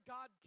God